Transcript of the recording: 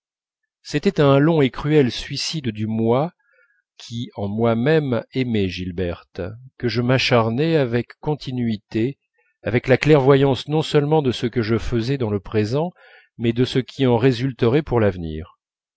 à un long et cruel suicide du moi qui en moi-même aimait gilberte que je m'acharnais avec continuité avec la clairvoyance non seulement de ce que je faisais dans le présent mais de ce qui en résulterait pour l'avenir